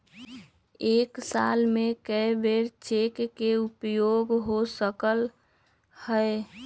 एक साल में कै बेर चेक के उपयोग हो सकल हय